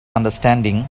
understanding